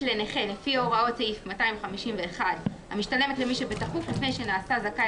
לנכה לפי הוראות סעיף 251 המשתלמת למי שבתכוף לפני שנעשה זכאי